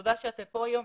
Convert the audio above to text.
תודה שאתה כאן היום.